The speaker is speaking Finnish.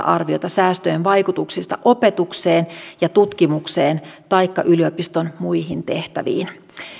arviota säästöjen vaikutuksista opetukseen ja tutkimukseen taikka yliopiston muihin tehtäviin